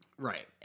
Right